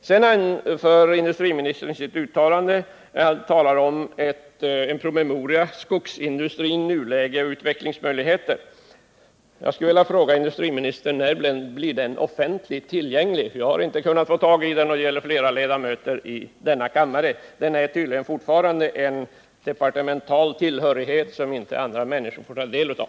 Vidare talar industriministern i sitt svar om promemorian Skogsindustrin — nuläge och utvecklingsmöjligheter. Jag skulle vilja fråga industriministern när den blir offentlig. Jag har inte kunnat få tag i den, och det gäller flera ledamöter i denna kammare. Den är tydligen fortfarande en departemental tillhörighet som inte andra människor får ta del av.